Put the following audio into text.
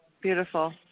Beautiful